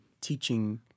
teaching